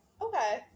Okay